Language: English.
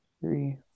three